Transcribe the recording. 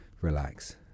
relax